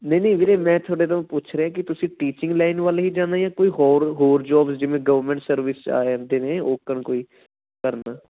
ਨਹੀਂ ਨਹੀਂ ਵੀਰੇ ਮੈਂ ਤੁਹਾਡੇ ਤੋਂ ਪੁੱਛ ਰਿਹਾ ਕਿ ਤੁਸੀਂ ਟੀਚਿੰਗ ਲਾਈਨ ਵੱਲ ਹੀ ਜਾਣਾ ਜਾਂ ਕੋਈ ਹੋਰ ਹੋਰ ਜੋਬਸ ਜਿਵੇਂ ਗਵਰਮੈਂਟ ਸਰਵਿਸ 'ਚ ਆ ਜਾਂਦੇ ਨੇ ਓਕਣ ਕੋਈ ਕਰਨਾ